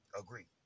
agree